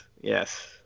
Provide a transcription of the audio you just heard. yes